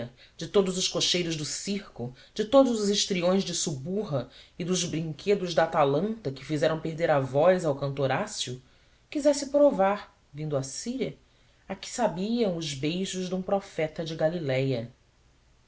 de todos os cocheiros do circo de todos os histriões de suburra e dos brinquedos de atalanta que fizeram perder a voz ao cantor ácio quisesse provar vindo à síria a que sabiam os beijos de um profeta de galiléia